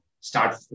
start